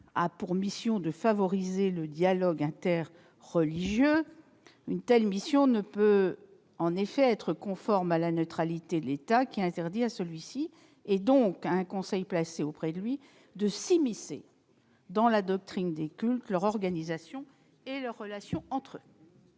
a pour mission de favoriser le dialogue interreligieux. Une telle mission ne peut être conforme au principe de neutralité de l'État, qui interdit à celui-ci, et donc à un conseil placé auprès de lui, de s'immiscer dans la doctrine des cultes, dans leur organisation et dans les relations qui